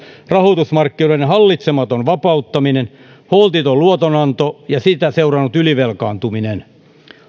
rahoitusmarkkinoiden hallitsematon vapauttaminen holtiton luotonanto ja sitä seurannut ylivelkaantuminen